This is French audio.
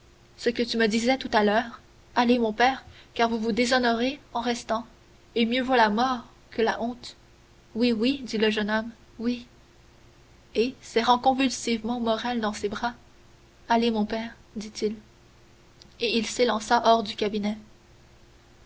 ce que tu me disais tout à l'heure allez mon père car vous vous déshonorez en restant et mieux vaut la mort que la honte oui oui dit le jeune homme oui et serrant convulsivement morrel dans ses bras allez mon père dit-il et il s'élança hors du cabinet